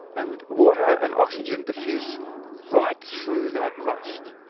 and water and oxygen diffuse right through that rust.